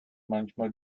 manchmal